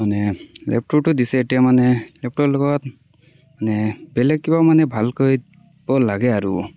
মানে লেপটপটো দিছে তাৰমানে লেপটপ লগত মানে বেলেগ কিবা মানে ভালকৈ লাগে আৰু